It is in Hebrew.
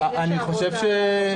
מצד אחד,